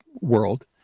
world